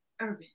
urban